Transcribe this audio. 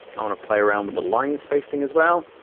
i wanna play around with the line spacing as well,